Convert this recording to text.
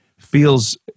feels